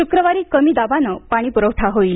शुक्रवारी कमी दाबानं पाणी पुरवठा होईल